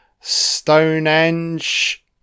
Stonehenge